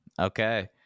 Okay